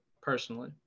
personally